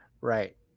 Right